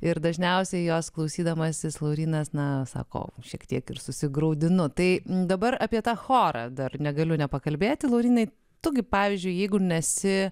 ir dažniausiai jos klausydamasis laurynas na sako šiek tiek ir susigraudino tai dabar apie tą chorą dar negaliu nepakalbėti laurynai tu gi pavyzdžiui jeigu nesi